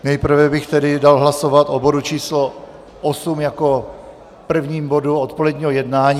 Nejprve bych tedy dal hlasovat o bodu č. 8 jako prvním bodu odpoledního jednání.